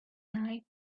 night